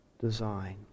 design